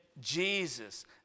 Jesus